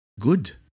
Good